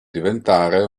diventare